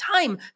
time